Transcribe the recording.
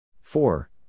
four